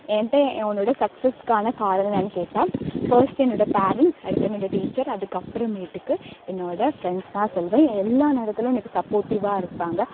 ஏன்கிட்ட உன்னோடய சக்ஸஸ்கான காரணம் என்னென்னு கேட்டால் ஃப்ஸ்ட் என்னோடய பேரெண்ட்ஸ் அடுத்தது என்னோடய டீச்சர் அதுக்கு அப்புறமேட்டுக்கு என்னோடய ஃப்ரெண்ட்ஸ் தான் சொல்லுவேன் எல்லாம் நேரத்திலையும் எனக்கு சப்போர்ட்டிவ்வாக இருப்பாங்க